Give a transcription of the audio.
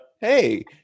Hey